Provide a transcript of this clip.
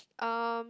um